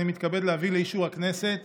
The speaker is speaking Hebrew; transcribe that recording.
אני מתכבד להביא לאישור הכנסת